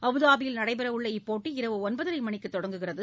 அபுதாபியில் நடைபெறவுள்ள இப்போட்டி இரவு ஒன்பதரை மணிக்கு தொடங்குகிறது